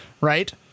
Right